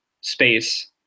space